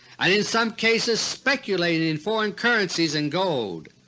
and in some cases speculating in foreign currencies and gold.